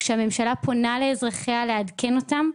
כשהממשלה פונה לאזרחיה לעדכן אותה,